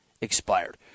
expired